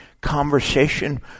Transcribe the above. conversation